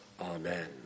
amen